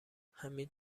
حمید